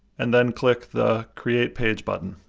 and then click the create page button.